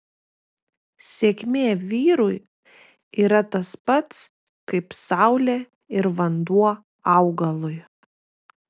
sėkmė vyrui yra tas pats kaip saulė ir vanduo augalui